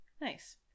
Nice